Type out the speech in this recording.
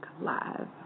Live